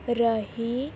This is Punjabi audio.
ਰਹੇ